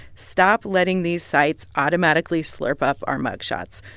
stop letting these sites automatically slurp up our mug shots.